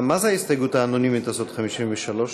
מה זה ההסתייגות האנונימית הזאת, 53?